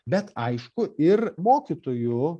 bet aišku ir mokytojų